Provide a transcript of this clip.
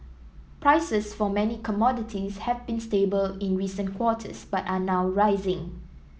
prices for many commodities have been stable in recent quarters but are now rising